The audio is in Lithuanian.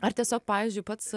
ar tiesiog pavyzdžiui pats